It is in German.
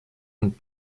und